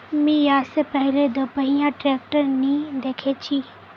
मी या से पहले दोपहिया ट्रैक्टर नी देखे छी